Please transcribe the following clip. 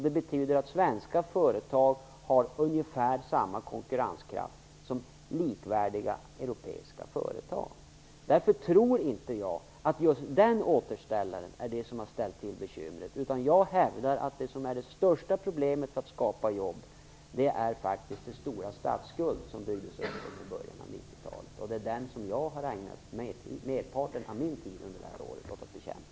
Det betyder att svenska företag har ungefär samma konkurrenskraft som likvärdiga europeiska företag. Därför tror inte jag att det är just den återställaren som har ställt till bekymret, utan jag hävdar att det som är det största problemet när det gäller att skapa jobb är den stora statsskulden som byggdes upp under början av 90-talet, och det är den som jag under detta år har ägnat merparten av min tid åt att bekämpa.